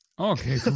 Okay